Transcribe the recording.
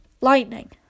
Lightning